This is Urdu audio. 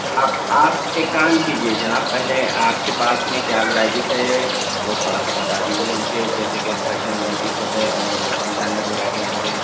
آپ آپ ایک کام کیجیے جناب پہلے آپ کے پاس میں کیا ورائٹیز ہے وہ تھوڑا سا بتا دیجیے مجھے جیسے کہ فیشن ورائٹیز ہو گئے اور ڈیزائنر ورائٹیز ہو گئے